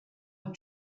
will